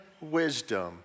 wisdom